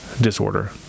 disorder